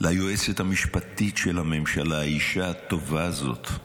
ליועצת המשפטית של הממשלה, האישה הטובה הזאת,